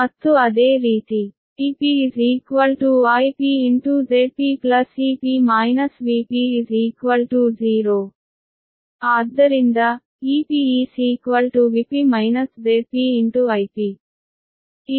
ಮತ್ತು ಅದೇ ರೀತಿ Ep Ip Zp Ep Vp0 ಆದ್ದರಿಂದ EpVp Zp Ip ಇದು ಸಮೀಕರಣ 22